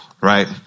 right